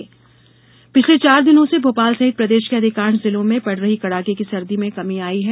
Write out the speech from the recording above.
मौसम पिछले चार दिनों से भोपाल सहित प्रदेश के अधिकांश जिलों में पड़ रही कड़ाके की सर्दी में कमी आई है